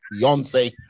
Beyonce